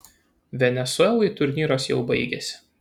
venesuelai turnyras jau baigėsi